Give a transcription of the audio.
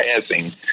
passing